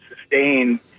sustain